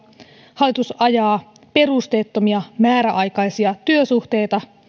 hallitus ajaa perusteettomia määräaikaisia työsuhteita